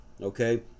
okay